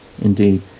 Indeed